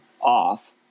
off